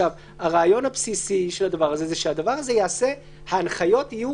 הרעיון הבסיסי של הדבר הזה הוא שההנחיות יהיו